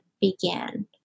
began